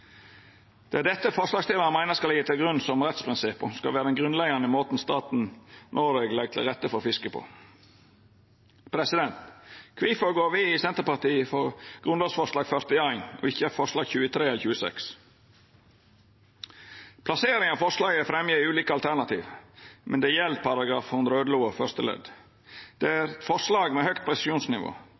Det er dette forslagsstillarane meiner skal liggja til grunn som rettsprinsipp og vera den grunnleggjande måten staten Noreg legg til rette for fiske på. Kvifor går me i Senterpartiet inn for grunnlovsforslag nr. 41 og ikkje forslag nr. 23 eller nr. 26? Forslaget fremjar ulike alternativ til plassering, men det gjeld § 111 første ledd. Det er eit forslag med høgt presisjonsnivå.